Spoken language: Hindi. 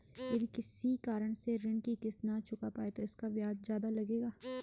यदि किसी कारण से ऋण की किश्त न चुका पाये तो इसका ब्याज ज़्यादा लगेगा?